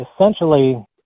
essentially